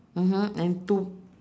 mmhmm and two